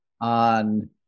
on